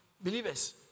Believers